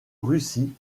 russie